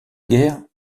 guerre